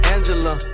Angela